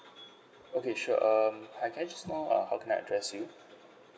okay sure um ah can I just know uh how can I address you